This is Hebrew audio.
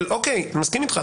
מסכים איתך,